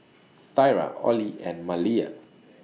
Thyra Ollie and Maleah